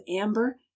amber